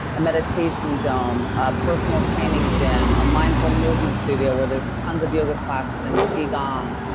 a meditation dome, a personal training gym, a mindful movement studio where there's tons of yoga classes and qi gong,